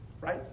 Right